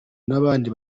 n’abandi